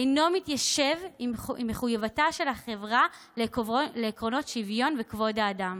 אינו מתיישב עם מחויבותה של החברה לעקרונות השוויון וכבוד האדם.